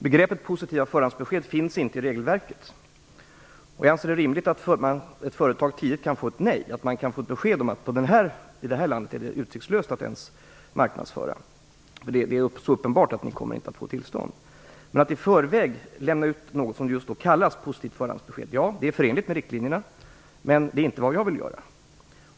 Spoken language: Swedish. Begreppet positivt förhandsbesked finns inte i regelverket. Jag anser att det är rimligt att ett företag tidigt kan få ett nej, dvs. ett besked om att det i det här landet är utsiktslöst att ens marknadsföra varor, därför att det är uppenbart att det inte kommer att få tillstånd. Att i förväg lämna något som kallas just positivt förhandsbesked är alltså förenligt med riktlinjerna, men det är inte vad jag vill göra.